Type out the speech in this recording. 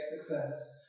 success